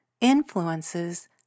influences